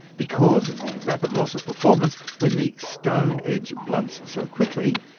because of the rapid loss of performance when the stone edge blunts so quickly,